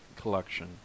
COLLECTION